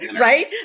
right